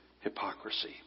hypocrisy